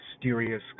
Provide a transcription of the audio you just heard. mysterious